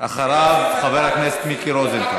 אחריו, חבר הכנסת מיקי רוזנטל.